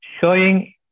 showing